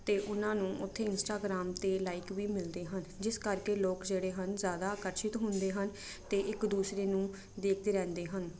ਅਤੇ ਉਹਨਾਂ ਨੂੰ ਉੱਥੇ ਇੰਸਟਾਗਰਾਮ 'ਤੇ ਲਾਈਕ ਵੀ ਮਿਲਦੇ ਹਨ ਜਿਸ ਕਰਕੇ ਲੋਕ ਜਿਹੜੇ ਹਨ ਜ਼ਿਆਦਾ ਆਕਰਸ਼ਿਤ ਹੁੰਦੇ ਹਨ ਅਤੇ ਇੱਕ ਦੂਸਰੇ ਨੂੰ ਦੇਖਦੇ ਰਹਿੰਦੇ ਹਨ